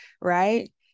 right